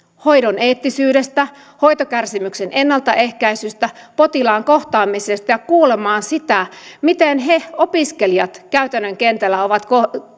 hoidon eettisyydestä hoitokärsimyksen ennaltaehkäisystä potilaan kohtaamisesta ja kuulemaan sitä miten he opiskelijat käytännön kentällä ovat